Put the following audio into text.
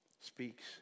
speaks